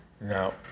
Now